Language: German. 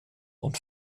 und